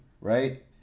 right